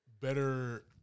Better